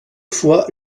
fois